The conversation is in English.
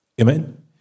Amen